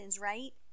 right